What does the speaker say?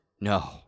no